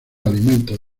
alimentos